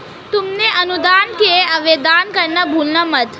तुम अनुदान के लिए आवेदन करना भूलना मत